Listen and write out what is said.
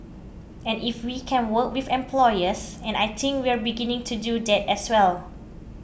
and if we can work with employers and I think we're beginning to do that as well